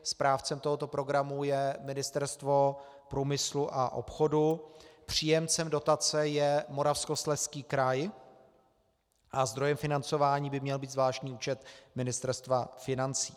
Správcem tohoto programu je Ministerstvo průmyslu a obchodu, příjemcem dotace je Moravskoslezský kraj a zdrojem financování by měl být zvláštní účet Ministerstva financí.